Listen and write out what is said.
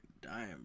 dying